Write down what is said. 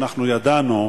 שאנחנו ידענו,